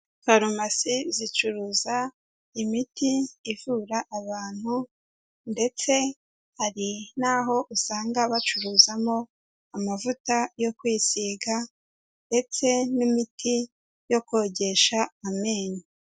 Farumasi zicuruza imiti ivura abantu ndetse hari naho usanga bacuruzamo amavuta yo kwisiga ndetse n'imiti yo kogesha amenyo.